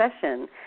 session